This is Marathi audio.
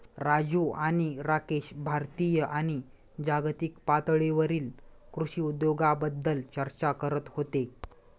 राजू आणि राकेश भारतीय आणि जागतिक पातळीवरील कृषी उद्योगाबद्दल चर्चा करत होते